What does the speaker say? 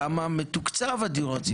כמה מתוקצב הדיור הציבורי?